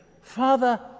Father